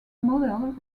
model